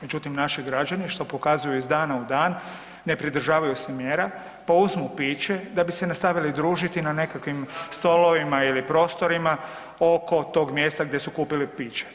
Međutim naši građani što pokazuju iz dana u dan, ne pridržavaju se mjera, pa uzmu piće da bi se nastavili družiti na nekakvim stolovima ili prostorima oko tog mjesta gdje su kupili pića.